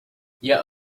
yet